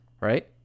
Right